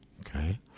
okay